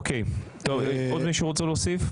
עוד מישהו רוצה להוסיף?